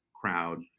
crowd